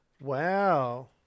Wow